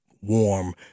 warm